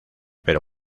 pero